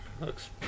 looks